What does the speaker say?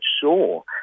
sure